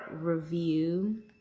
review